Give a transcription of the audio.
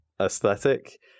aesthetic